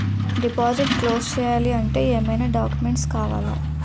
Deposit close చేయాలి అంటే ఏమైనా డాక్యుమెంట్స్ కావాలా?